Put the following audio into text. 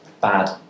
bad